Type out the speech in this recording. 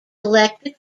elected